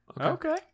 Okay